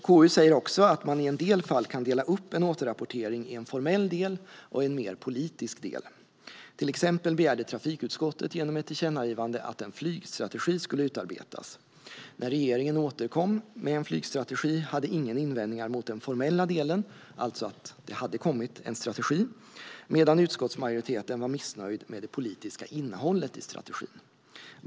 KU säger också att man i en del fall kan dela upp en återrapportering i en formell del och i en mer politisk del. Exempelvis begärde trafikutskottet genom ett tillkännagivande att en flygstrategi skulle utarbetas. När regeringen återkom med en flygstrategi hade ingen invändningar mot den formella delen - alltså att det hade kommit en strategi - medan utskottsmajoriteten var missnöjd med det politiska innehållet i strategin.